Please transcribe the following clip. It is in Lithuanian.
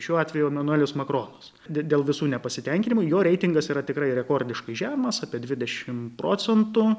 šiuo atveju emanuelis makronas dėl visų nepasitenkinimų jo reitingas yra tikrai rekordiškai žemas apie dvidešimt procentų